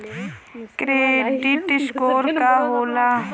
Credit score का होला?